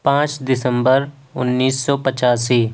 پانچ دسمبر انیس سو پچاسی